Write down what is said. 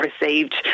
received